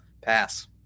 pass